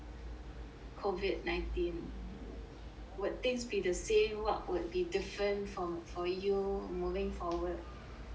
COVID nineteen would things be the same what would be different from for you moving forward